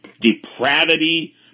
depravity